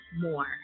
more